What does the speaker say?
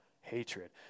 hatred